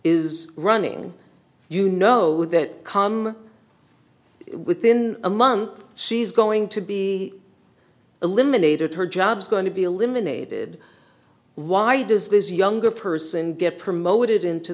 is running you know that come within a month she's going to be eliminated her jobs going to be eliminated why does this younger person get promoted into